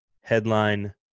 Headline